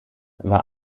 war